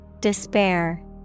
Despair